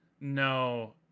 No